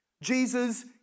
Jesus